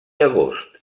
agost